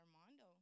Armando